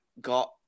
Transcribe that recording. got